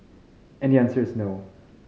and the answer is no